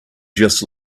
just